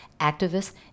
activists